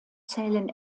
zählen